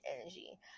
energy